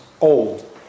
old